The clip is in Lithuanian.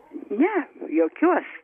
ne jokiuos